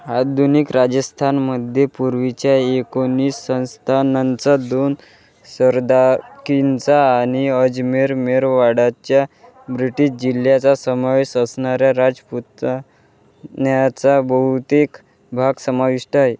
आधुनिक राजस्थानमध्ये पूर्वीच्या एकोणीस संस्थानांचा दोन सरदार कींचा आणि अजमेर मेरवाडाच्या ब्रिटिश जिल्ह्याचा समावेश असणाऱ्या राजपुता न्याचा बहुतेक भाग समाविष्ट आहे